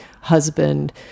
husband